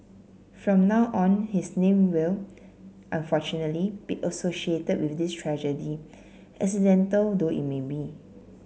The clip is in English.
from now on his name will unfortunately be associated with this tragedy accidental though it may be